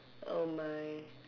oh my